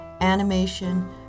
animation